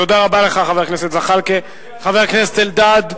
תודה רבה לך, חבר הכנסת זחאלקה.